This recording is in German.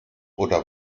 oder